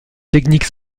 technique